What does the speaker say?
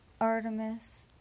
Artemis